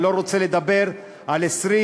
אני לא רוצה לדבר על 20,